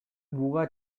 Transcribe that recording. буга